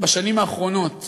בשנים האחרונות